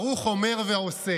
ברוך אומר ועושה.